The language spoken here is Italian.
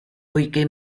poiché